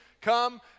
come